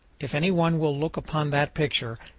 if any one will look upon that picture,